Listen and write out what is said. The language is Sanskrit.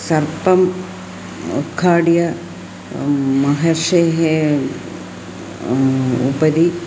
सर्पम् उद्घाट्य महर्षेः उपरि